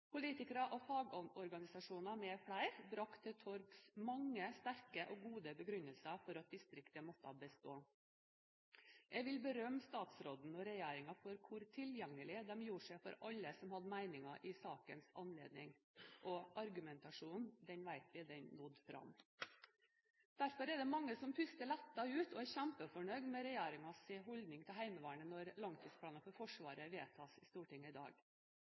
Politikere og fagorganisasjoner med flere brakte til torgs mange sterke og gode begrunnelser for at distriktet måtte bestå. Jeg vil berømme statsråden og regjeringen for hvor tilgjengelige de gjorde seg for alle som hadde meninger i sakens anledning, og argumentasjonen vet vi nådde fram. Derfor er det mange som puster lettet ut og er kjempefornøyde med regjeringens holdning til Heimevernet når langtidsplanen for Forsvaret vedtas i Stortinget i dag.